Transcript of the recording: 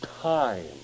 time